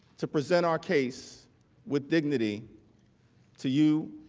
to present our case with dignity to you